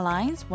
Lines